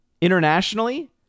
internationally